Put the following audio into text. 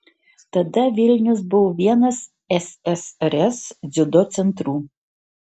tada vilnius buvo vienas ssrs dziudo centrų